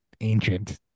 ancient